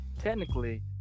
technically